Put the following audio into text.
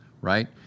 right